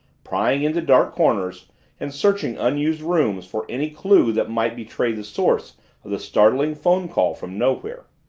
prying into dark corners and searching unused rooms for any clue that might betray the source of the startling phone call from nowhere.